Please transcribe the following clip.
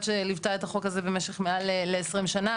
שליוותה את החוק הזה במשך למעלה מ-20 שנה.